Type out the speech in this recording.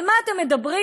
על מה אתם מדברים?